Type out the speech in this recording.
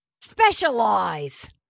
Specialize